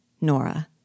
Nora